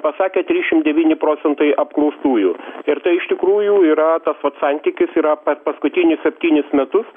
pasakė trisdešim devyni procentai apklaustųjų ir tai iš tikrųjų yra pats santykis yra pa paskutinius septynis metus